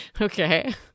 okay